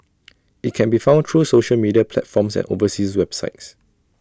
IT can be found through social media platforms and overseas websites